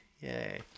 Yay